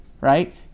Right